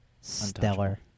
stellar